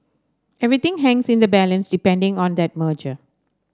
everything hangs in the balance depending on that merger